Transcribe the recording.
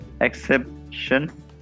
exception